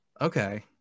Okay